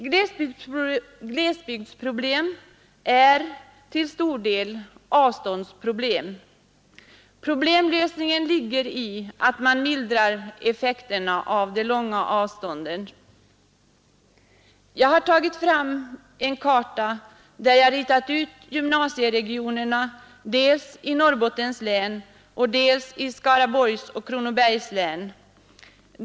Glesbygdsproblem är till stor del avståndsproblem. Problemlösningen ligger i att man mildrar effekterna av de långa avstånden. Jag visar nu på kammarens interna TV-skärm en karta där jag ritat ut gymnasieregionerna dels i Norrbottens län och dels i Skaraborgs och Kronobergs län.